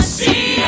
see